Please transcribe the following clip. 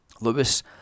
Lewis